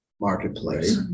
marketplace